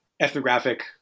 ethnographic